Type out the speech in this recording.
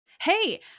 Hey